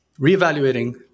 reevaluating